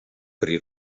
при